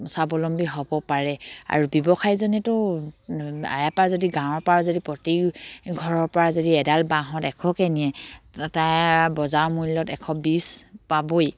স্বাৱলম্বী হ'ব পাৰে আৰু ব্যৱসায়জনেতো ইয়াৰ পা যদি গাঁৱৰ পৰা যদি প্ৰতি ঘৰৰ পৰা যদি এডাল বাঁহত এশকৈ নিয়ে তাৰ বজাৰ মূল্যত এশ বিছ পাবই